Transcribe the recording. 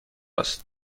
است